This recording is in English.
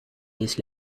years